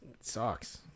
sucks